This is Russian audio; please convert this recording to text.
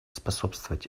способствовать